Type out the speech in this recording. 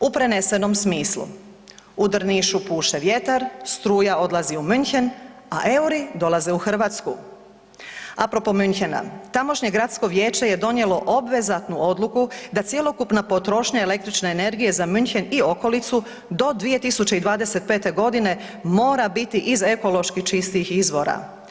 U prenesenom smislu u Drnišu puše vjetar, struja odlazi u München, a euri dolaze u Hrvatsku, a propos Münchena tamošnje gradsko vijeće je donijelo obvezatnu odluku da cjelokupna potrošnja električne energije za München i okolicu do 2025. godine mora biti iz ekoloških čistih izvora.